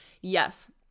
Yes